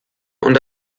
und